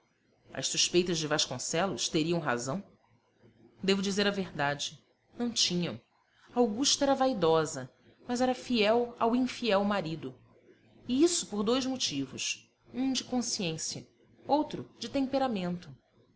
as suspeitas de vasconcelos teriam razão devo dizer a verdade não tinham augusta era vaidosa mas era fiel ao infiel marido e isso por dois motivos um de consciência outro de temperamento